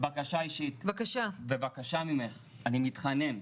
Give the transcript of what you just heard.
בבקשה ממך, אני מתחנן,